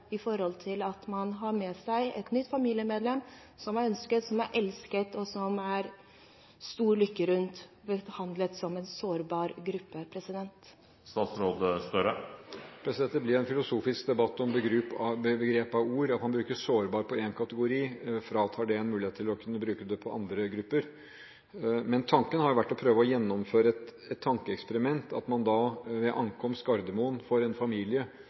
Man har med seg et nytt familiemedlem som er ønsket, som er elsket, og som det er stor lykke rundt, og blir behandlet som en sårbar gruppe. Det blir en filosofisk debatt om begrep og ord – at man bruker «sårbar» om én kategori, fratar det en mulighet til å kunne bruke det på andre grupper? Tanken har vært å prøve å gjennomføre et tankeeksperiment: Hvis man er en familie som kommer hjem, og er tre og ikke to, eller en